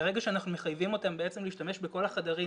ברגע שאנחנו מחייבים אותם להשתמש בכל החדרים